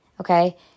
okay